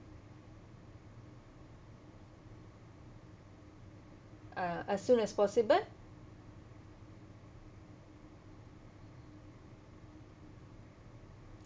uh as soon as possible